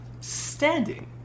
standing